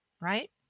Right